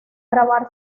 grabar